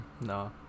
No